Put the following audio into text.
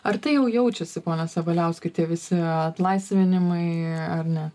ar tai jau jaučiasi pone sabaliauskai tie visi atlaisvinimai ar ne